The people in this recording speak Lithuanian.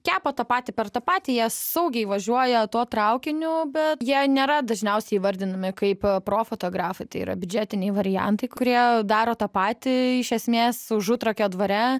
kepa tą patį per tą patį jie saugiai važiuoja tuo traukiniu bet jei nėra dažniausiai įvardinami kaip profotografai tai yra biudžetiniai variantai kurie daro tą patį iš esmės užutrakio dvare